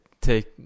take